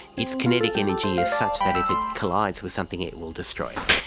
its kinetic energy is such that if it collides with something it will destroy it.